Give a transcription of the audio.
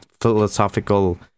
philosophical